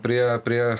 prie prie